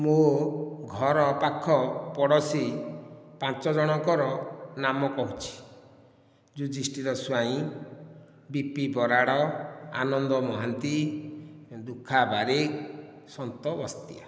ମୋ ଘର ପାଖ ପଡ଼ୋଶୀ ପାଞ୍ଚ ଜଣଙ୍କର ନାମ କହୁଛି ଯୁଦ୍ଧିଷ୍ଠିର ସ୍ୱାଇଁ ବିପି ବରାଡ଼ ଆନନ୍ଦ ମହାନ୍ତି ଦୁଃଖା ବାରିକ୍ ସନ୍ତ ବସ୍ତିଆ